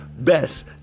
Best